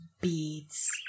beads